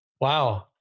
Wow